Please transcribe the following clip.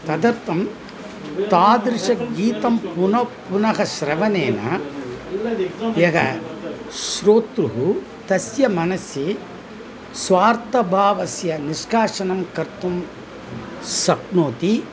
तदर्थं तादृशगीतं पुनः पुनः श्रवणेन यः श्रोतुः तस्य मनसि स्वार्थभावस्य निष्कासनं कर्तुं शक्नोति